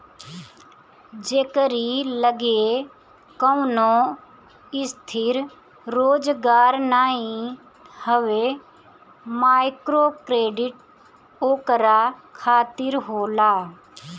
जेकरी लगे कवनो स्थिर रोजगार नाइ हवे माइक्रोक्रेडिट ओकरा खातिर होला